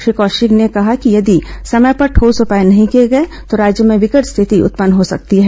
श्री कौशिक ने कहा कि यदि समय पर ठोस उपाय नहीं किए गए तो राज्य में विकट स्थिति उत्पन्न हो सकती है